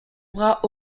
bras